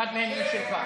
אחת מהן היא שלך.